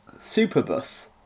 Superbus